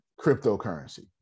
cryptocurrency